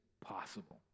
possible